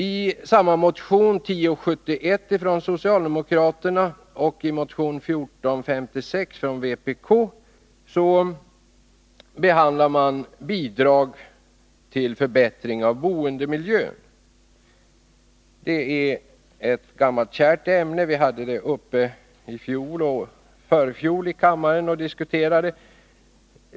I samma motion från socialdemokraterna, nr 1071, och i motion 1456 från vpk behandlas frågan om bidrag till förbättring av boendemiljön. Det är ett gammalt kärt ämne. Vi hade det uppe till diskussion i kammaren i fjol och i förfjol.